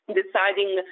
deciding